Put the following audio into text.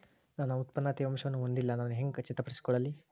ನನ್ನ ಉತ್ಪನ್ನ ತೇವಾಂಶವನ್ನು ಹೊಂದಿಲ್ಲಾ ನಾನು ಹೆಂಗ್ ಖಚಿತಪಡಿಸಿಕೊಳ್ಳಲಿ?